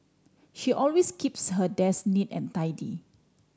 she always keeps her desk neat and tidy